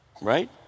Right